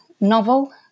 novel